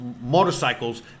motorcycles